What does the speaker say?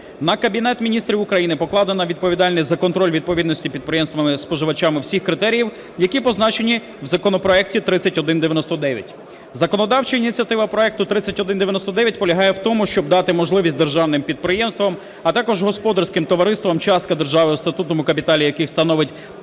На Кабінет Міністрів України покладена відповідальність за контроль відповідності підприємствами-споживачами всіх критеріїв, які позначені в законопроекті 3199. Законодавча ініціатива проекту 3199 полягає в тому, щоб дати можливість державним підприємствам, а також господарським товариствам, частка держави в статутному капіталі яких становить